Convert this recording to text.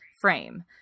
frame